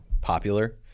popular